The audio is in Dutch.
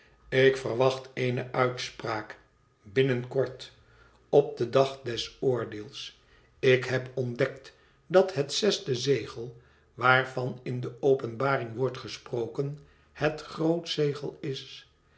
ik verwacht eene uitspraak binnen kort op den dag des oordeels ik heb ontdekt dat het zesde zegel waarvan in de openbaring wordt gesproken het groot zegel is